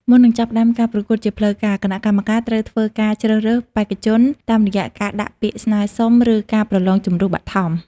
មុននឹងចាប់ផ្ដើមការប្រកួតជាផ្លូវការ គណៈកម្មការត្រូវធ្វើការជ្រើសរើសបេក្ខជនតាមរយៈការដាក់ពាក្យស្នើសុំ ឬការប្រឡងជម្រុះបឋម។